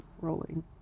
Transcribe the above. rolling